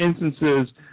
instances